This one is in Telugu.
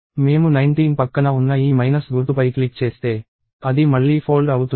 మేము 19 పక్కన ఉన్న ఈ మైనస్ గుర్తుపై క్లిక్ చేస్తే అది మళ్లీ ఫోల్డ్ అవుతుంది